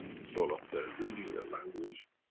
soul of the reading in a language,